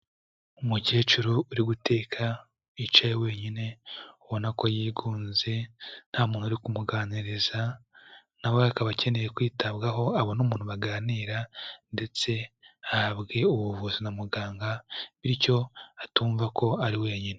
Umukecuru uri guteka, wicaye wenyine, ubona ko yigunze, nta muntu uri kumuganiriza, na we akaba akeneye kwitabwaho, abona umuntu baganira ndetse ahabwe ubuvuzi na muganga bityo atumva ko ari wenyine.